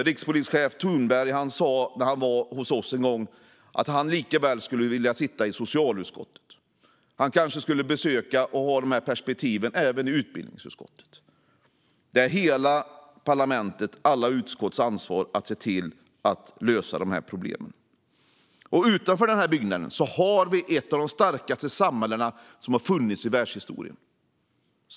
Rikspolischef Thornberg sa när han var hos oss en gång att han skulle vilja sitta i socialutskottet. Han kanske skulle besöka och ha de här perspektiven även i utbildningsutskottet. Det är hela parlamentets, alla utskotts, ansvar att se till att lösa de här problemen. Utanför den här byggnaden har vi ett av de starkaste samhällen som har funnits i världshistorien.